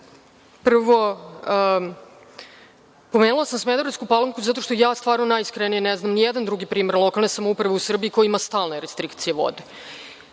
vam. Prvo, pomenula sam Smederevsku Palanku zato što ja stvarno najiskrenije ne znam nijedan drugi primer lokalne samouprave u Srbiji koji ima stalne restrikcije vode.